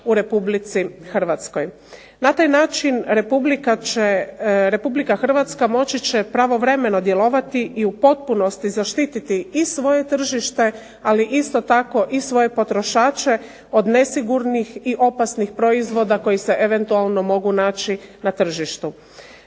u RH. Na taj način RH moći će pravovremeno djelovati i u potpunosti zaštititi i svoje tržište, ali isto tako i svoje potrošače od nesigurnih i opasnih proizvoda koji se eventualno mogu naći na tržištu.